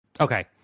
Okay